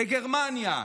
בגרמניה,